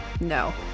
No